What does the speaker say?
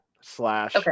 slash